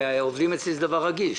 העובדים אצלי זה דבר רגיש.